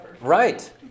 right